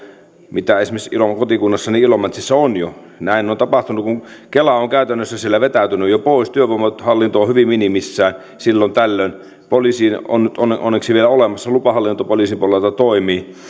mitä esimerkiksi kotikunnassani ilomantsissa on jo näin on tapahtunut kun kela on käytännössä siellä vetäytynyt jo pois työvoimahallinto on hyvin minimissään silloin tällöin poliisi on onneksi vielä olemassa lupahallinto poliisin puolelta toimii